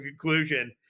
conclusion